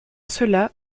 cela